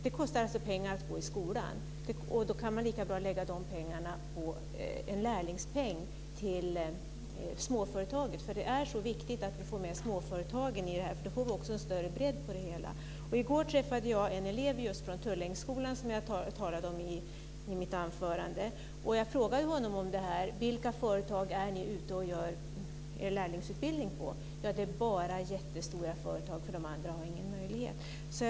Det kostar alltså pengar att gå i skolan. Då kan man lika bra lägga dessa pengar på en lärlingspeng till småföretaget. Det är mycket viktigt att vi får med småföretagen i det här. Då får vi också en större bredd på det hela. I går träffade jag en elev från Tullängsskolan som jag talade om i mitt anförande. Jag frågade honom vilka företag de var ute och gjorde sin lärlingsutbildning på. Det var bara jättestora företag eftersom de andra inte hade någon möjlighet att ta emot dem.